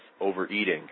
overeating